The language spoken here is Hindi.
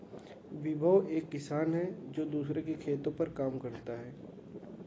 विभव एक किसान है जो दूसरों के खेतो पर काम करता है